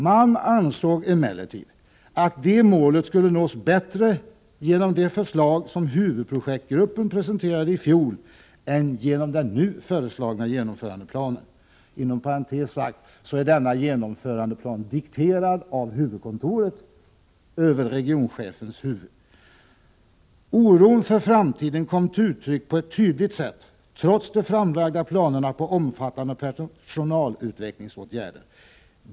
Man ansåg emellertid att det målet skulle nås bättre genom det förslag som huvudprojektgruppen presenterade i fjol än genom den nu föreliggande genomförandeplanen.” Inom parentes sagt är denna genomförandeplan dikterad av huvudkontoret över regionchefens huvud. ”Oron för framtiden kom till uttryck på ett tydligt sätt trots de framlagda planerna på omfattande personalutvecklingsåtgärder.